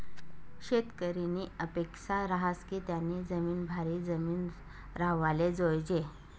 शेतकरीनी अपेक्सा रहास की त्यानी जिमीन भारी जिमीन राव्हाले जोयजे